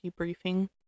debriefing